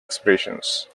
expressions